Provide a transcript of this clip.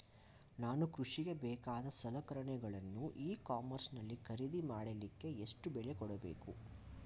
ನಾನು ಕೃಷಿಗೆ ಬೇಕಾದ ಸಲಕರಣೆಗಳನ್ನು ಇ ಕಾಮರ್ಸ್ ನಲ್ಲಿ ಖರೀದಿ ಮಾಡಲಿಕ್ಕೆ ಎಷ್ಟು ಬೆಲೆ ಕೊಡಬೇಕು?